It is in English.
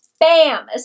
BAM